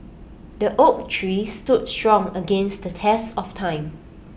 the oak tree stood strong against the test of time